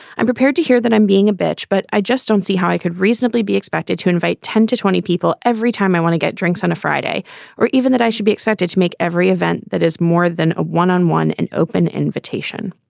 i'm prepared to hear that i'm being a bitch but i just don't see how i could reasonably be expected to invite ten to twenty people every time i want to get drinks on a friday or even that i should be expected to make every event that is more than a one on one an open invitation.